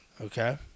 Okay